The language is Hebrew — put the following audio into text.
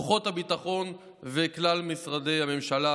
כוחות הביטחון וכלל משרדי הממשלה,